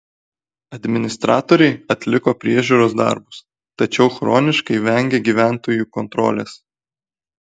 administratoriai atlieka priežiūros darbus tačiau chroniškai vengia gyventojų kontrolės